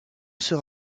sera